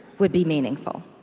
would be meaningful